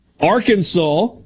Arkansas